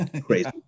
Crazy